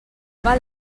val